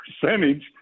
percentage